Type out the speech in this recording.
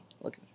Look